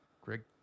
Greg